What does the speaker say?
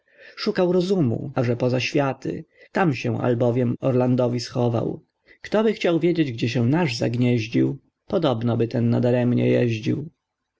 szukał rozumu aże po za światy tam się albowiem orlandowi schował ktoby chciał wiedzieć gdzie się nasz zagniezdził podobnoby ten nadaremnie jezdził